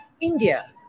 India